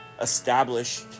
established